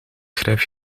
schrijf